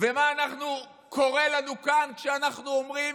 ומה קורה לנו כאן כשאנחנו אומרים: